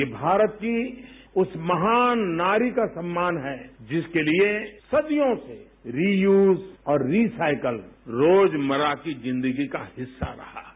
ये भारत की उस महान नारी का सम्मान है जिसके लिए सदियों से रीयूज और रीसाइकल रोजमर्रा की जिन्दगी का हिस्सा रहा है